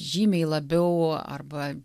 žymiai labiau arba